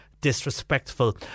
disrespectful